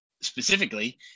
specifically